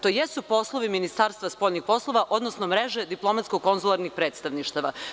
To jesu poslovi Ministarstva spoljnih poslova, odnosno mreže diplomatsko-konzularnih predstavništava.